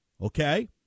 okay